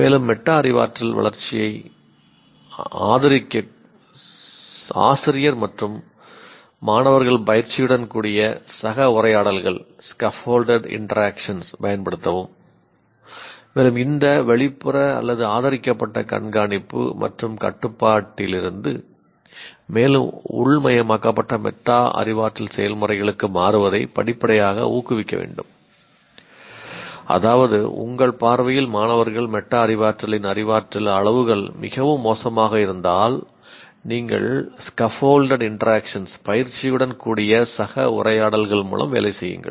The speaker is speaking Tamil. மேலும் மெட்டா அறிவாற்றல் வளர்ச்சியை ஆதரிக்க ஆசிரியர் மற்றும் மாணவர்கள் பயிற்சியுடன் கூடிய சக உரையாடல்கள் மூலம் வேலை செய்யுங்கள்